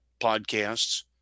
podcasts